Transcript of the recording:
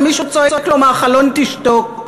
ומישהו צועק לו מהחלון: תשתוק.